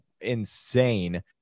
insane